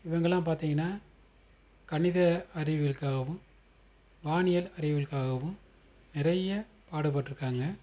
இவங்களாம் பார்த்தீங்கன்னா கணித அறிவியலுக்காகவும் வானியல் அறிவியலுக்காகவும் நிறைய பாடுப்பட்டிருக்காங்க